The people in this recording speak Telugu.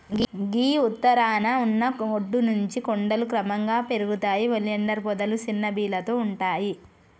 గీ ఉత్తరాన ఉన్న ఒడ్డు నుంచి కొండలు క్రమంగా పెరుగుతాయి ఒలియాండర్ పొదలు సిన్న బీలతో ఉంటాయి